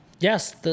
Yes